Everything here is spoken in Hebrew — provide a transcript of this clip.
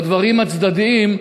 בדברים הצדדיים,